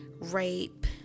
rape